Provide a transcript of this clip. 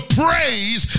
praise